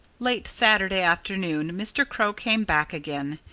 late saturday afternoon mr. crow came back again.